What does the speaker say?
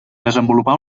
desenvolupà